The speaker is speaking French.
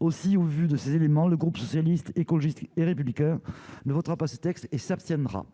aussi au vu de ces éléments, le groupe socialiste, écologiste et républicain ne votera pas ce texte et s'abstiendra.